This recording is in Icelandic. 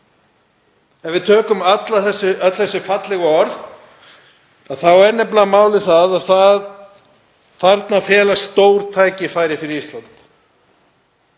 Ef við tökum öll þessi fallegu orð er nefnilega málið að þarna felast stór tækifæri fyrir Ísland.